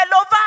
over